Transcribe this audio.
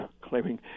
claiming